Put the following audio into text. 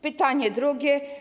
Pytanie drugie.